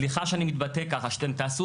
סליחה שאני מתבטא כך שאתם תעשו